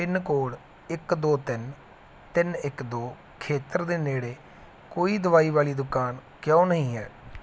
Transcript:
pin code ਇੱਕ ਦੋ ਤਿੰਨ ਤਿੰਨ ਇੱਕ ਦੋ ਖੇਤਰ ਦੇ ਨੇੜੇ ਕੋਈ ਦਵਾਈ ਵਾਲੀ ਦੁਕਾਨ ਕਿਉਂ ਨਹੀਂ ਹੈ